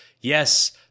yes